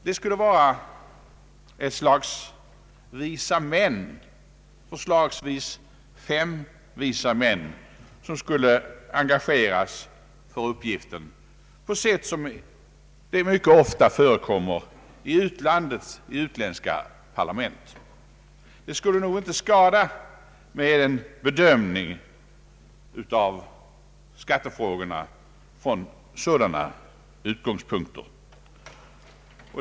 Ett slags vise män, förslagsvis fem Ang. den planerade skattereformen m.m. vise män, skulle engageras för uppgiften på sält som mycket ofta förekommer i utländska parlament. Det skulle nog inte skada med en bedömning av skattefrågorna från sådana utgångspunkter.